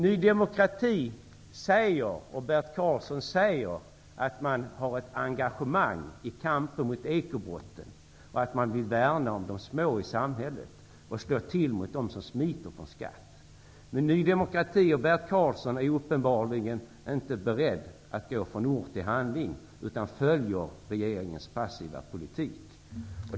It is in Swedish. Ny demokrati och Bert Karlsson säger att man har ett engagemang i kampen mot ekobrotten och att man vill värna om de små i samhället och slå till mot dem som smiter från skatt. Men Ny demokrati och Bert Karlsson är uppenbarligen inte beredda att gå från ord till handling, utan följer regeringens passiva politik.